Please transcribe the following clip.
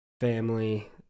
family